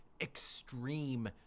extreme